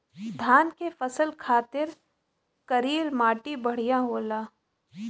धान के फसल खातिर करील माटी बढ़िया होला